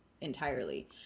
entirely